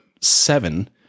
seven